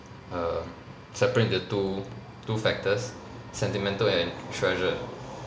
um separate into two two factors sentimental and treasure